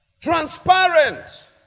Transparent